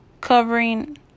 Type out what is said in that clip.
covering